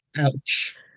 Ouch